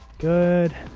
good